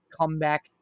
comeback